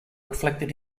reflected